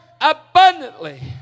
abundantly